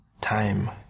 time